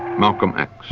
malcolm x.